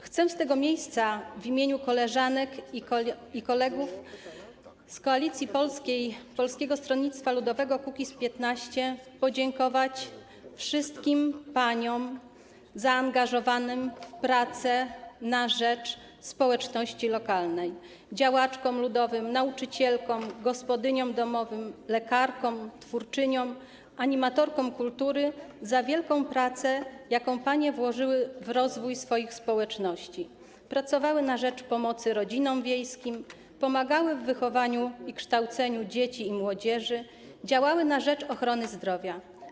Chcę z tego miejsca w imieniu koleżanek i kolegów z Koalicji Polskiej - Polskiego Stronnictwa Ludowego - Kukiz15 podziękować wszystkim paniom zaangażowanym w prace na rzecz społeczności lokalnej - działaczkom ludowym, nauczycielkom, gospodyniom domowym, lekarkom, twórczyniom, animatorkom kultury - za wielką pracę, jaką panie włożyły w rozwój swoich społeczności; pracowały panie na rzecz pomocy rodzinom wiejskim, pomagały w wychowaniu i kształceniu dzieci i młodzieży, działały na rzecz ochrony zdrowia.